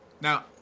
Now